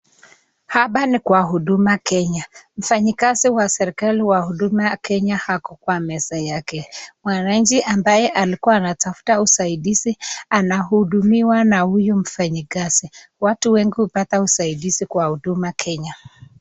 Hapa ni kwa Huduma Kenya. Mfanyikazi wa serikali wa Huduma Kenya ako kwa meza yake. Mwananchi ambaye alikua anatafuta usaidizi anahudumiwa na huyu mfanyikazi. Watu wengi hupata usaidizi kwa Huduma Kenya.